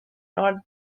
north